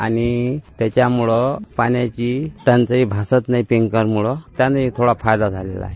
आणि त्याच्याम्ळं पाण्याची टंचाई भासत नाही टैंकरम्ळं त्यानेही थोडा फायदा झाला आहे